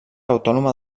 autònoma